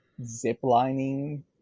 ziplining